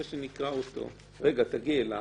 נגיע אליו.